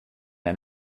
and